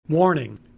warning